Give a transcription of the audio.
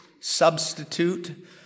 substitute